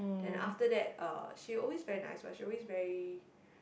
then after that uh she always very nice one she always very